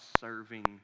serving